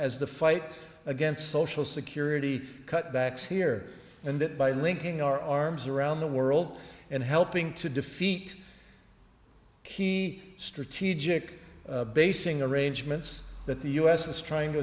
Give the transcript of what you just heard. as the fight against social security cutbacks here and that by linking our arms around the world and helping to defeat key strategic basing arrangements that the u s is trying to